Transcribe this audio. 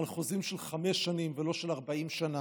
על חוזים של חמש שנים ולא של 40 שנה,